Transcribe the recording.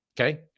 Okay